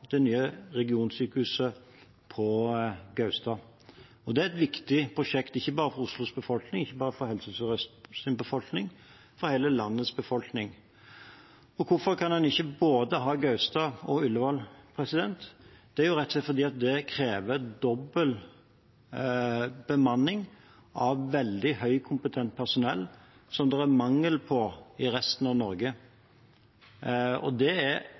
det nye regionsykehuset på Gaustad. Det er et viktig prosjekt ikke bare for Oslos befolkning, ikke bare for Helse Sør-Østs befolkning, men for hele landets befolkning. Hvorfor kan en ikke ha både Gaustad og Ullevål? Det er rett og slett fordi det krever dobbel bemanning av veldig høykompetent personell som det er mangel på i resten av Norge. Det er